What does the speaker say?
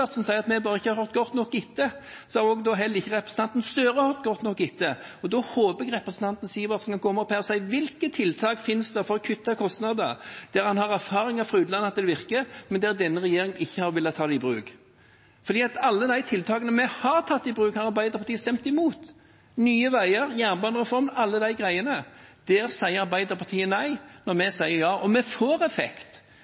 Sivertsen sier at vi bare ikke har hørt godt nok etter, har heller ikke representanten Gahr Støre hørt godt nok etter – at representanten Sivertsen kommer opp her og kommenterer: Hvilke tiltak finnes det for å kutte kostnader der man har erfaringer fra utlandet om at det virker, men der denne regjeringen ikke har villet ta det i bruk? For alle de tiltakene vi har tatt i bruk, har Arbeiderpartiet stemt imot. Til Nye Veier og jernbanereform, alt dette, sier Arbeiderpartiet nei når